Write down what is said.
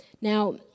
Now